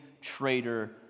traitor